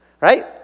Right